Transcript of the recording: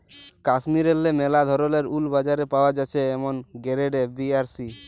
কাশ্মীরেল্লে ম্যালা ধরলের উল বাজারে পাওয়া জ্যাছে যেমল গেরেড এ, বি আর সি